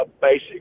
basic